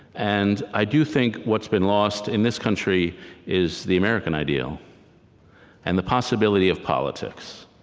and i do think what's been lost in this country is the american ideal and the possibility of politics.